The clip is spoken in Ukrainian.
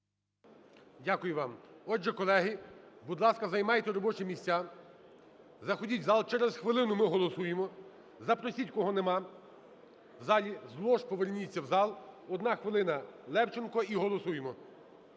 Дякую вам. Отже, колеги, будь ласка, займайте робочі місця, заходіть в зал. Через хвилину ми голосуємо. Запросіть кого нема в залі, знову ж поверніться в зал. Одна хвилина – Левченко. І голосуємо.